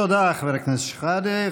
תודה, חבר הכנסת שחאדה.